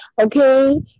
okay